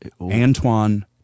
Antoine